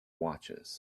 watches